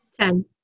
Ten